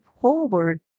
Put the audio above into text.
forward